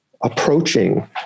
approaching